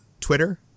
Twitter